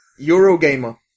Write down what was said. Eurogamer